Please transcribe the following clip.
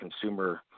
consumer